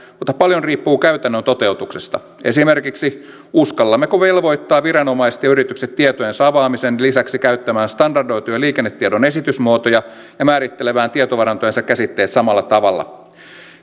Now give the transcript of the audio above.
mutta paljon riippuu käytännön toteutuksesta esimerkiksi uskallammeko velvoittaa viranomaiset ja yritykset tietojensa avaamisen lisäksi käyttämään standardoituja liikennetiedon esitysmuotoja ja määrittelemään tietovarantojensa käsitteet samalla tavalla